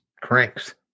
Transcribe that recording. cranks